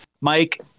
Mike